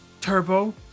Turbo